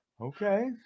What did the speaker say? Okay